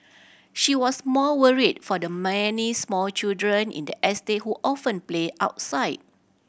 she was more worried for the many small children in the estate who often play outside